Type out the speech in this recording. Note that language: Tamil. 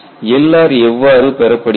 Lr எவ்வாறு பெறப்படுகிறது